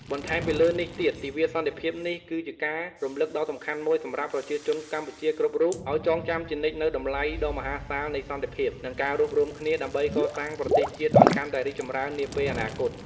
បន្ថែមពីលើនេះទៀត ទិវាសន្តិភាពនេះគឺជាការរំលឹកដ៏សំខាន់មួយសម្រាប់ប្រជាជនកម្ពុជាគ្រប់រូប ឲ្យចងចាំជានិច្ចនូវតម្លៃដ៏មហាសាលនៃសន្តិភាព និងការរួបរួមគ្នា ដើម្បីកសាងប្រទេសជាតិឲ្យកាន់តែរីកចម្រើននាពេលអនាគត។